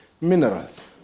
minerals